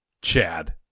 Chad